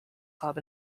club